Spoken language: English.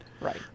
Right